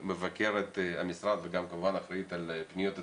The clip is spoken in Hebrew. גם מבקרת המשרד וגם כמובן אחראית על פניות הציבור,